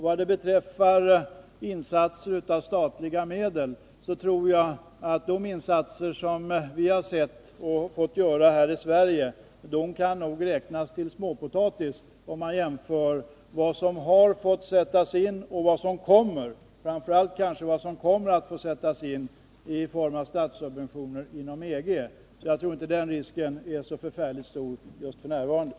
Vad beträffar insatser av statliga medel tror jag att de insatser vi har fått göra här i Sverige får betraktas som småpotatis, om man jämför med vad som har satsats och framför allt med vad som kommer att satsas i form av statssubventioner inom EG. Jag tror inte den risk Per Westerberg talade om är så stor f. n.